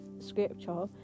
scripture